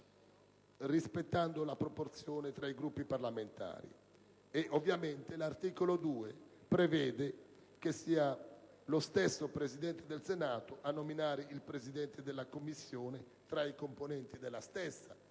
rispettando la proporzione tra i Gruppi parlamentari e, ovviamente, l'articolo 2 prevede che sia lo stesso Presidente del Senato a nominare il Presidente della Commissione tra i componenti della stessa,